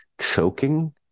choking